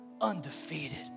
undefeated